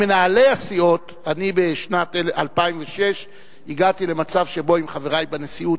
עם מנהלי הסיעות הגעתי בשנת 2006 למצב שבו עם חברי בנשיאות,